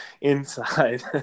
inside